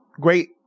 great